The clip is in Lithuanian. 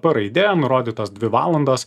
p raidė nurodytos dvi valandos